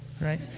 right